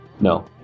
No